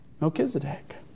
Melchizedek